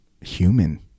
human